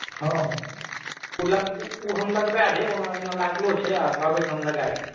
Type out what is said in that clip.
हँ हँ ओ लग ओ ओ हम लगबाए देब ओना ओ लगलो छै आ कहबै तऽ हम लगाए दै छी